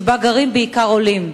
שבה גרים בעיקר עולים.